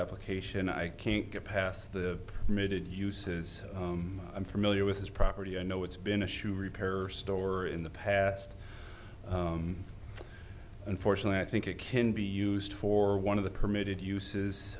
application i can't get past the mid it uses i'm familiar with his property i know it's been a shoe repair store in the past unfortunately i think it can be used for one of the permitted uses